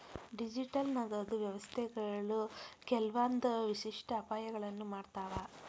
digital ನಗದು ವ್ಯವಸ್ಥೆಗಳು ಕೆಲ್ವಂದ್ ವಿಶಿಷ್ಟ ಅಪಾಯಗಳನ್ನ ಮಾಡ್ತಾವ